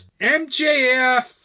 MJF